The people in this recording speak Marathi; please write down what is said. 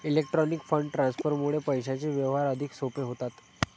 इलेक्ट्रॉनिक फंड ट्रान्सफरमुळे पैशांचे व्यवहार अधिक सोपे होतात